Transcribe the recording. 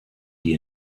die